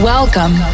Welcome